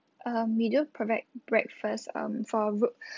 um we do provide breakfast um for group